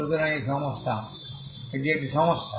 সুতরাং এই সমস্যা